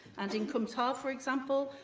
and, in cwm taf, for example,